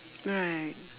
right